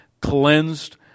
cleansed